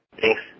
Thanks